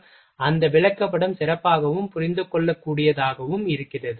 எனவே அந்த விளக்கப்படம் சிறப்பாகவும் புரிந்துகொள்ளக்கூடியதாகவும் இருக்கிறது